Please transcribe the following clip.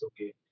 Okay